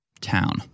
town